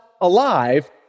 alive